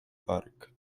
park